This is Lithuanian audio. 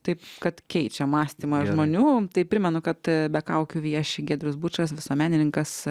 taip kad keičia mąstymą žmonių tai primenu kad be kaukių vieši giedrius bučas visuomenininkas